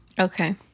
Okay